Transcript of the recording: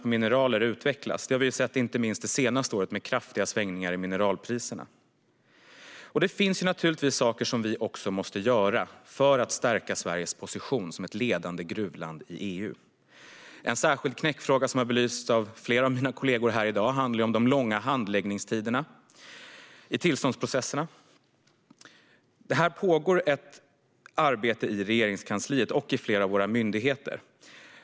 Det har vi sett inte minst under det senaste året med kraftiga svängningar i mineralpriserna. Det finns naturligtvis saker som vi måste göra för att stärka Sveriges position som ett ledande gruvland i EU. En särskild knäckfråga, som har belysts av flera av mina kollegor här i dag, handlar om de långa handläggningstiderna i tillståndsprocessen. Det pågår ett arbete i Regeringskansliet och inom flera av våra myndigheter.